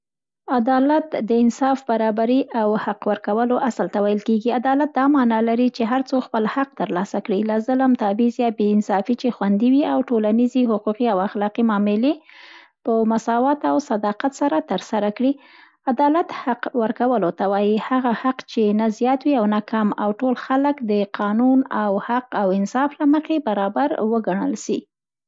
عدالت د انصاف، برابری او حق ورکولو اصل ته ویل کېږي. عدالت دا مانا لري، چي هر څوک خپل حق ترلاسه کړي، له ظلم، تبعیض یا بې‌انصافۍ چې خوندي وي او ټولنیزې، حقوقي او اخلاقي معاملې په مساوات او صداقت سره تر سره کړي. عدالت حق ورکولو ته وایي، هغه حق چي، نه زیات وي او نه کم او ټول خلک د قانون، حق او انصاف له مخې برابر وګڼل سي.